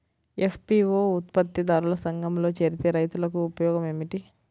FPO ఉత్పత్తి దారుల సంఘములో చేరితే రైతులకు ఉపయోగము ఏమిటి?